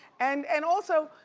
and and also,